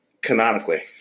Canonically